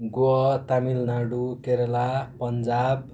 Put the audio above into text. Goa Tamil Nadu Kerala Punjab